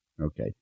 Okay